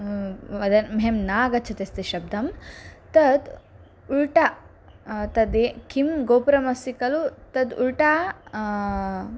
मदन् मह्यं न आगच्छतस्ति शब्दं तत् उल्टा तत् किं गोपुरमस्ति खलु तत् उल्टा